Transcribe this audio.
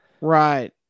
Right